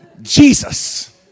Jesus